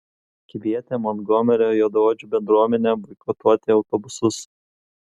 kvietė montgomerio juodaodžių bendruomenę boikotuoti autobusus